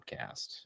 podcast